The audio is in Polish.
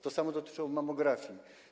To samo dotyczyło mammografii.